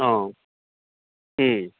ఆ